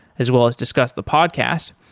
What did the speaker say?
as well as discuss the podcast.